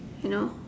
you know